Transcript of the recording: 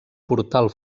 portal